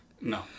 No